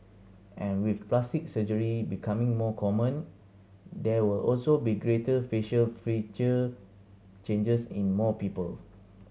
and with plastic surgery becoming more common there will also be greater facial feature changes in more people